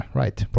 right